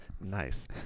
Nice